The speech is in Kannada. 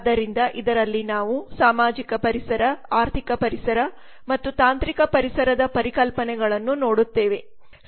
ಆದ್ದರಿಂದ ಇದರಲ್ಲಿ ನಾವು ಸಾಮಾಜಿಕ ಪರಿಸರ ಆರ್ಥಿಕ ಪರಿಸರ ಮತ್ತು ತಾಂತ್ರಿಕ ಪರಿಸರದ ಪರಿಕಲ್ಪನೆಗಳನ್ನು ನೋಡುತ್ತೇವೆ